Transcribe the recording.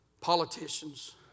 politicians